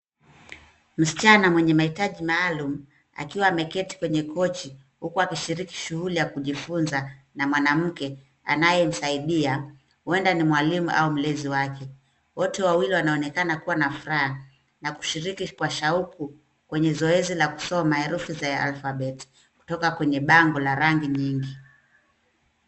Msichana mwenye mahitaji maalum akiwa ameketi kwenye kochi, huku akishiriki shughuli ya kujifunza na mwanamke anayemsaidia, huenda ni mwalimu au mlezi wake. Wote wawili wanaonekana kuwa na furaha na kushiriki kwa shauku, kwenye zoezi la kusoma herufi za alfabeti, kutoka kwenye bango la rangi nyingi.